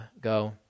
go